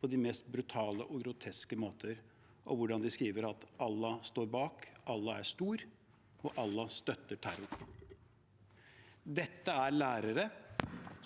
til de mest brutale, groteske måter. De skriver at Allah står bak, Allah er stor, og Allah støtter terroren. Dette er lærere